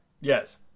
Yes